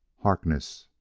harkness,